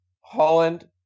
Holland